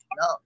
no